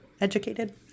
educated